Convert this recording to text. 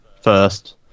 first